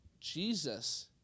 Jesus